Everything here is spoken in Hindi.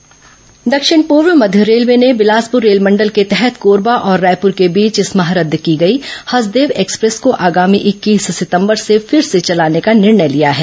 रेलवे हसदेव एक्सप्रेस दक्षिण पूर्व मध्य रेलवे ने बिलासपुर रेलमंडल के तहत कोरबा और रायपुर के बीच इस माह रद्द की गई हसदेव एक्सप्रेस को आगामी इक्कीस सितंबर से फिर से चलाने का निर्णय लिया है